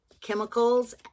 chemicals